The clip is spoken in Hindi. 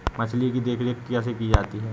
मछली की देखरेख कैसे की जाती है?